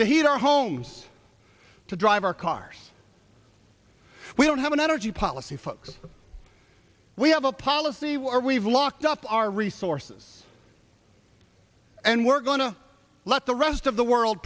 to heat our homes to drive our cars we don't have an energy policy folks we have a policy where we've locked up our resources and we're going to let the rest of the world